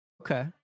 Okay